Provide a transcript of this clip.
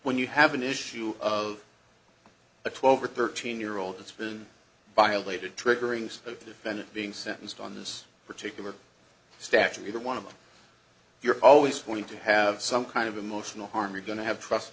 when you have an issue of a twelve or thirteen year old that's been violated triggering state defendant being sentenced on this particular statute either one of them you're always going to have some kind of emotional harm you're going to have trust